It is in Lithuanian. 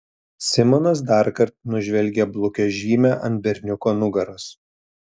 simonas darkart nužvelgė blukią žymę ant berniuko nugaros